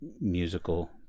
musical